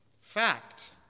Fact